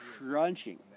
crunching